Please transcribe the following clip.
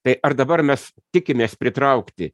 tai ar dabar mes tikimės pritraukti